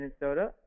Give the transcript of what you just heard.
minnesota